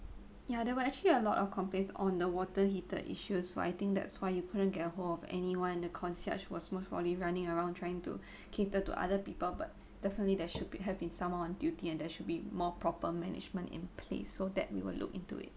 ya there were actually a lot of complaints on the water heater issues so I think that's why you couldn't get a hold of anyone in the concierge was most probably around trying to cater to other people but definitely there should be have been someone on duty and there should be more proper management in place so that we will look into it